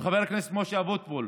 חבר הכנסת משה אבוטבול,